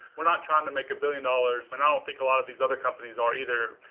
we're not trying to make a billion dollars, and i don't think a lot of these other companies are either.